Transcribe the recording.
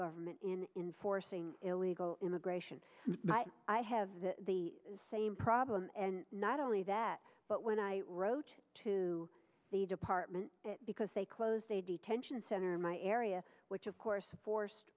government in forcing illegal immigration i have the same problem and not only that but when i wrote to the department because they closed a detention center in my area which of course forced